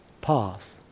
path